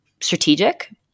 strategic